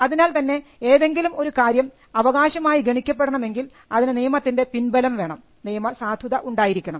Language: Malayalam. അതിനാൽ തന്നെ ഏതെങ്കിലും ഒരു കാര്യം അവകാശമായി ഗണിക്കപ്പെടണമെങ്കിൽ അതിന് നിയമത്തിൻറെ പിൻബലം വേണം നിയമ സാധുത ഉണ്ടായിരിക്കണം